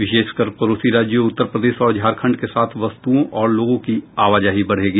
विशेषकर पड़ोसी राज्यों उत्तर प्रदेश और झारखंड के साथ वस्तुओं और लोगों की आवाजाही बढेगी